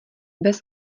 bez